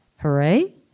Hooray